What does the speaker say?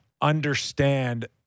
understand